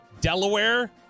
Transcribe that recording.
Delaware